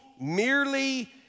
merely